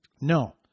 No